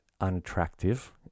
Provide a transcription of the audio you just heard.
unattractive